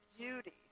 beauty